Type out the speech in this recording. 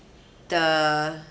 the